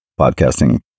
podcasting